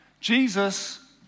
Jesus